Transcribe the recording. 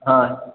हाँ